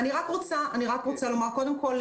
קודם כול,